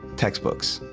textbooks.